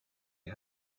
you